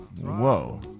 Whoa